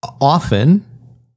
Often